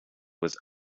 was